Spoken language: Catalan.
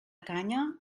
canya